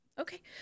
Okay